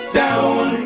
down